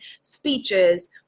speeches